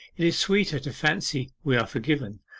it is sweeter to fancy we are forgiven,